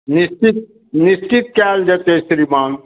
निश्चित निश्चित कयल जेतै श्रीमान